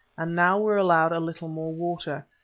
and now were allowed a little more water.